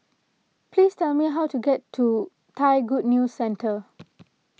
please tell me how to get to Thai Good News Centre